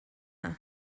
heno